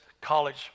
college